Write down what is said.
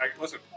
Listen